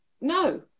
no